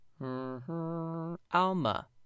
Alma